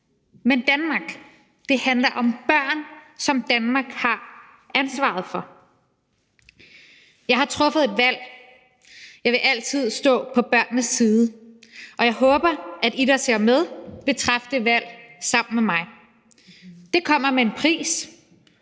men Danmark. Det handler om børn, som Danmark har ansvaret for. Jeg har truffet et valg. Jeg vil altid stå på børnenes side. Og jeg håber, at I, der ser med, vil træffe det valg sammen med mig. Det kommer med en pris.